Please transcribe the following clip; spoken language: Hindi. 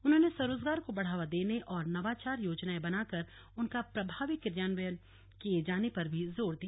उन्होंने स्वरोजगार को बढ़ावा देने और नई नवाचार योजनाएं बनाकर उनका प्रभावी क्रियान्वयन किये जाने पर भी जोर दिया